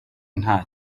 nta